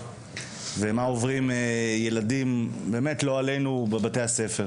ועל מה עוברים ילדים בבתי הספר,